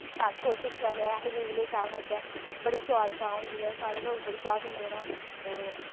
अस कोशिश करने आं अस बी उ'ऐ जेही चाह् बनाचै बड़ी सोआद चाह् होंदी ऐ सारे लोक बड़ी चाह् पींदे न ते